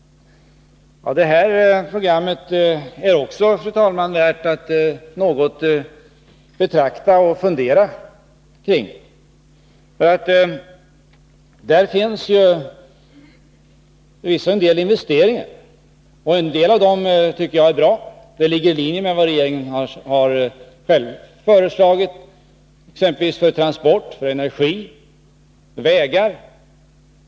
Det programmet är också något som är värt att studera och fundera kring. Där finns visserligen förslag till en del investeringar. Några av dem tycker jag är bra, och de ligger i linje med vad regeringen själv har föreslagit, exempelvis investeringar när det gäller transport, energi och vägar.